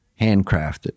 handcrafted